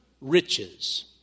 riches